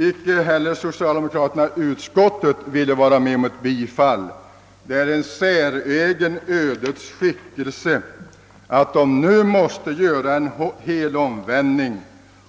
Inte heller socialdemokraterna i utskottet ville vara med om att tillstyrka dem. Det är en säregen ödets skickelse att de nu måste göra en helomvändning